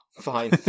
fine